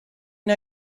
une